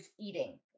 eating